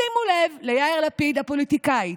שימו לב ליאיר לפיד הפוליטיקאי,